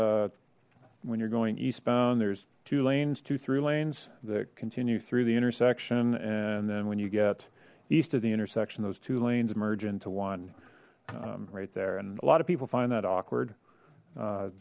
a when you're going eastbound there's two lanes to three lanes that continue through the intersection and then when you get east of the intersection those two lanes merge into one right there and a lot of people find that awkward